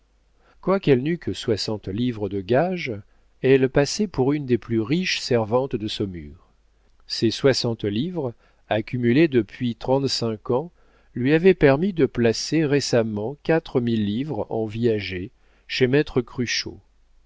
quoiqu'elle n'eût que soixante livres de gages elle passait pour une des plus riches servantes de saumur ces soixante livres accumulées depuis trente-cinq ans lui avaient permis de placer récemment quatre mille livres en viager chez maître cruchot